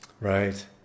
Right